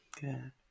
Good